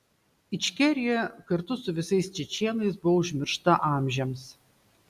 ičkerija kartu su visais čečėnais buvo užmiršta amžiams